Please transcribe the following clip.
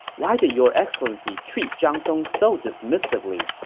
why did your excellency treat zhang song so dismissively?